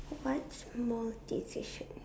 what small decision